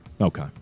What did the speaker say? okay